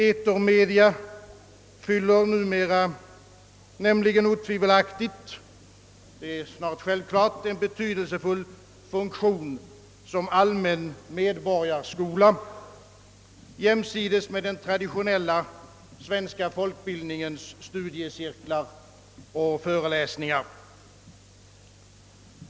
Etermedia fyller numera otvivelaktigt — det är snart självklart — en betydelsefull funktion som allmän medborgarskola, jämsides med den traditionella svenska folkbildningens studiecirklar och föreläsningar.